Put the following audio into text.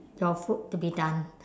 your food to be done